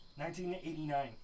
1989